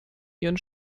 ihren